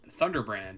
Thunderbrand